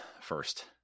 first